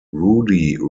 rudy